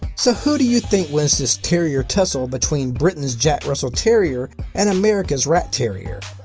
so who do you think wins this terrier tussle between britain's jack russell terrier and america's rat terrier.